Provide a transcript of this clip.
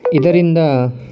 ಇದರಿಂದ